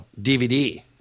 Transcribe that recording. DVD